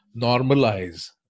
normalize